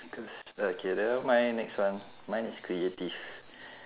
cause okay never mind next one mine is creative